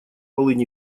полынь